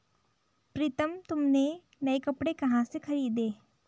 प्रितम तुमने नए कपड़े कहां से खरीदें?